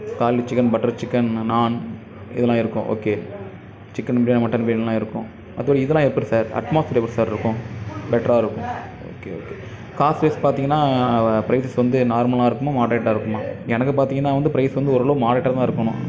garlic chicken butter chicken ந நாண் இதெலாம் இருக்கும் ஓகே சிக்கன் பிரியாணி மட்டன் கிரேவியெலாம் இருக்கும் மற்றபடி இதெலாம் எப்படி சார் அட்மோஸ்பியர் எப்படி சாரிருக்கும் பெட்ராக இருக்கும் ஓகே ஓகே காஸ்ட்வைஸ் பார்த்தீங்கன்னா பிரைஸஸ் வந்து நார்மலாக இருக்குமா மாட்ரேட்டாக இருக்குமா எனக்கு பார்த்தீங்கன்னா வந்து பிரைஸ் வந்து ஓரளவு மாட்ரேட்டாக தான் இருக்கணும்